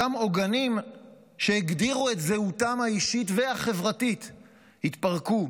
אותם עוגנים שהגדירו את זהותם האישית והחברתית התפרקו,